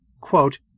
Quote